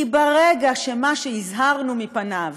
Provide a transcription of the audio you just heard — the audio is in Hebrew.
כי ברגע שמה שהזהרנו מפניו,